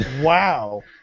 Wow